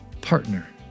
partner